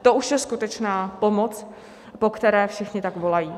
To už je skutečná pomoc, po které všichni tak volají.